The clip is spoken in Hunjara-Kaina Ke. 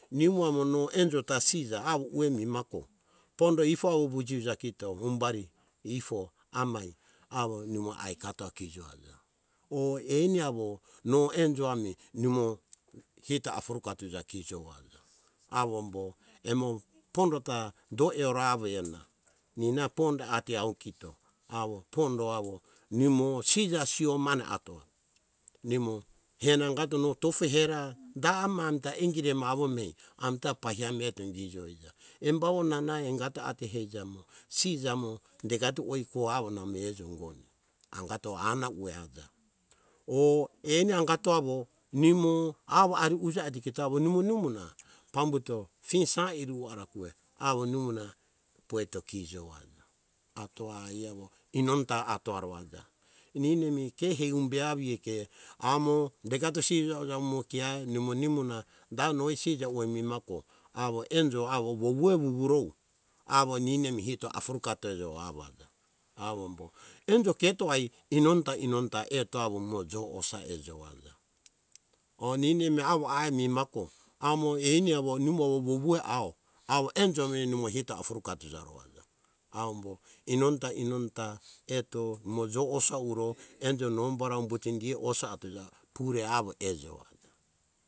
Nimo amo no enjo ta bija awo ueh mimako pondo ifo awo vujioja kito awo humbari ifo amai nimo awo aikatoa o eni amo no enjo ami nimo hito afurekatuja avombo emo pondota do eora awo ena. ninai pondo ati au kito awo nimo pondo bija kiou mane atoa nimo hena angato nongo no tofo hera amita ingitri aimo awo mai. Tapai hande eto indijo ija embavo nanai atuea heija mo namomo sija mo dekatoi fone angato anaue aja o eni angato awo nimo awo ari ujai eto kito awo nimo nuha pambuto fing sang ire uea arako ueh awo pojeto kijo aja. Horo ai awo inonota atoa ro aja ninemi kiri humbea awo ke iea amo nimonuha na da noai sija ueh mimako no enjo awo vovue vuvuru awo ninemi hito afurekatoe jo aja avombo enjo ketoa inonota inonota atoa kijo ajaeto jo osa ejo ajao ninemi awo aeh mimako amo eni amo nimo wo vuvu au nimo enjo mi nimo hito afurukatuja ro aja awo embo inonota nimo eto indiro enjo amo eto indirou evo aja.